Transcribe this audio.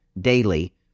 daily